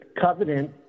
covenant